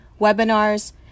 webinars